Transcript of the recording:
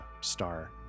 star